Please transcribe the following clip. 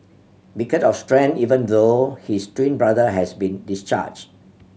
beacon of strength even though his twin brother has been discharged